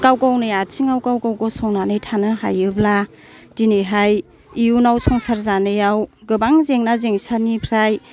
गाव गावनि आथिङाव गाव गाव गसंनानै थानो हायोब्ला दिनैहाय इयुनाव संसार जानायाव गोबां जेंना जेंसानिफ्राय